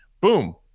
boom